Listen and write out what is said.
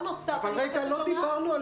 אנחנו דיברנו על